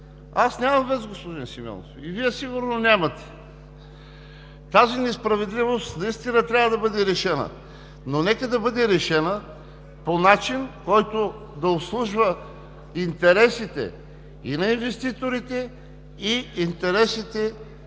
Аз нямам ВЕЦ, господин Симеонов, и Вие сигурно нямате. Тази несправедливост наистина трябва да бъде решена, но нека да бъде решена по начин, по който да обслужва интересите и на инвеститорите, и на